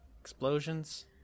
explosions